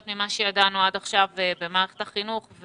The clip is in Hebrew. ממה שידענו עד עכשיו במערכת החינוך.